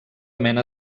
mena